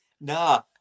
nah